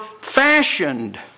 fashioned